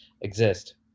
exist